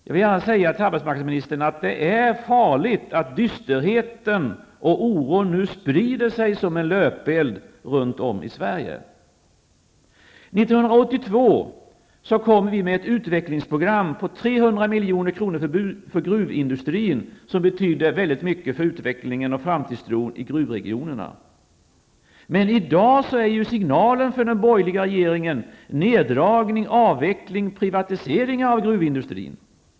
Jag vill gärna säga till arbetsmarknadsministern att det är farligt när dysterheten och oron nu sprider sig som en löpeld runt om i Sverige. År 1982 kom vi med ett utvecklingsprogram för gruvindustrin, uppgående till 300 milj.kr. Detta betyder mycket för utvecklingen och framtidtron i gruvregionerna. Men i dag innebär ju den borgerliga regeringens signal neddragning, avveckling och privatisering av gruvindustrin.